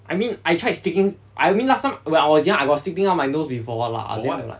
I mean I tried sticking I mean last time when I was young I got stick things up my nose before lah